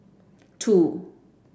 two